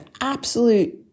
absolute